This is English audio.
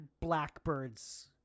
Blackbirds